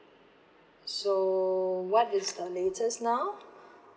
so what is the latest now